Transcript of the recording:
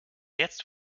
jetzt